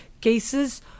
cases